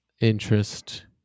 interest